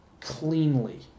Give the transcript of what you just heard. cleanly